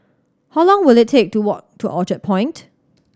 how long will it take to walk to Orchard Point